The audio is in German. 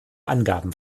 angaben